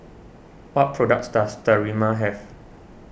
what products does Sterimar have